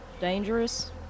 dangerous